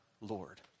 Lord